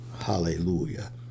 Hallelujah